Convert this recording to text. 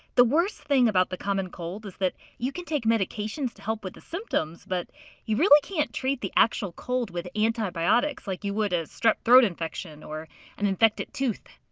the worst thing about the common cold is that you can take medications to help with the symptoms, but you really can't treat the actual cold with antibiotics like you would a strep throat infection or an infected tooth.